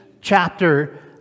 chapter